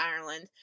Ireland